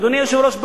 אדוני היושב-ראש,